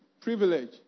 privilege